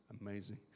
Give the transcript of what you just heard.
amazing